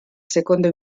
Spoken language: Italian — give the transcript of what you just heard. secondo